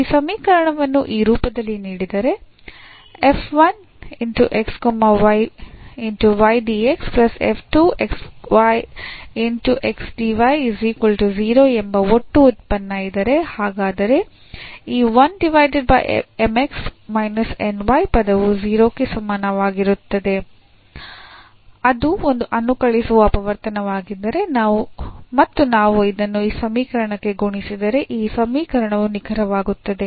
ಈ ಸಮೀಕರಣವನ್ನು ಈ ರೂಪದಲ್ಲಿ ನೀಡಿದರೆ ಎಂಬ ಒಟ್ಟು ಉತ್ಪನ್ನ ಇದ್ದರೆ ಹಾಗಾದರೆ ಈ ಪದವು 0 ಕ್ಕೆ ಸಮನಾಗಿರದಿದ್ದರೆ ಅದು ಒಂದು ಅನುಕಲಿಸುವ ಅಪವರ್ತನವಾಗಿರುತ್ತದೆ ಮತ್ತು ನಾವು ಇದನ್ನು ಈ ಸಮೀಕರಣಕ್ಕೆ ಗುಣಿಸಿದರೆ ಈ ಸಮೀಕರಣವು ನಿಖರವಾಗುತ್ತದೆ